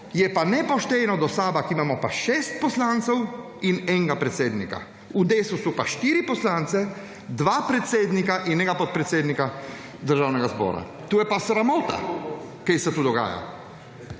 je pa nepošteno do SAB, ki imamo pa 6 poslancev in enega predsednika, v Desusu pa 4 poslance, 2 predsednika in enega podpredsednika državnega zbora. To je pa sramota kaj se to dogaja.